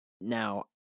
Now